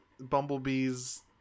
Bumblebee's